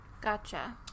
Gotcha